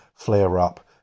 flare-up